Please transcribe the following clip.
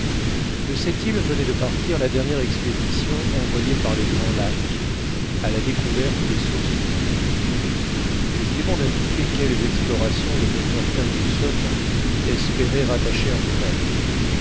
de cette île venait de partir la dernière expédition envoyée par les grands lacs à la découverte des sources du nil mais il est bon dindiquer quelles explorations le docteur fergusson espérait rattacher entre elles